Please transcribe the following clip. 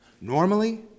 Normally